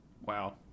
Wow